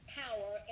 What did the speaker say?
power